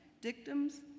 dictums